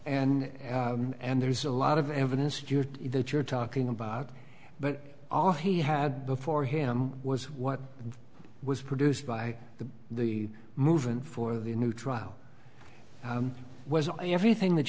and and there's a lot of evidence that you're talking about but all he had before him was what was produced by the the movement for the new trial was and everything that